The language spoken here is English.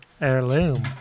Heirloom